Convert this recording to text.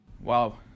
Wow